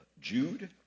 Jude